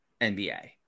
NBA